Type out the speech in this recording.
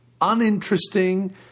uninteresting